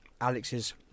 Alex's